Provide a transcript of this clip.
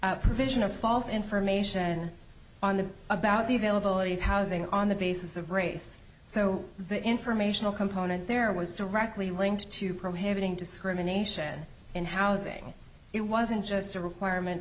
false provision of false information on the about the availability of housing on the basis of race so the informational component there was directly linked to prohibiting discrimination in housing it wasn't just a requirement